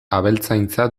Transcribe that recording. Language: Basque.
abeltzaintza